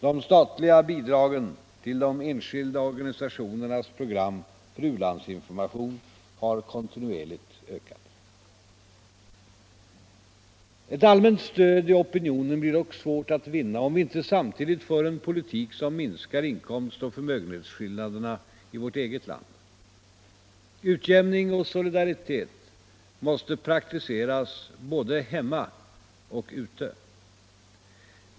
De statliga bidragen till de enskilda organisationernas program för u-landsinformation har kontinuerligt ökat. Ett allmänt stöd i opinionen blir dock svårt att vinna, om vi inte samtidigt för en politik som minskar inkomstoch förmögenhetsskillnaderna i vårt eget land. Utjämning och solidaritet måste praktiseras både hemma och ute.